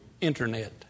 internet